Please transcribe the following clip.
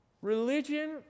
Religion